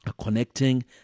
connecting